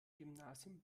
gymnasium